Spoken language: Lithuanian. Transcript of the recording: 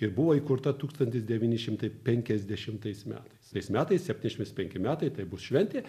ir buvo įkurta tūkstantis devyni šimtai penkiasdešimtais metais tais metais septyniasdešims penki metai tai bus šventė